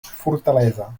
fortalesa